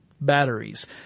batteries